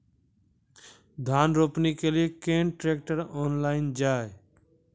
धान रोपनी के लिए केन ट्रैक्टर ऑनलाइन जाए?